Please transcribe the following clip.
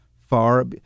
far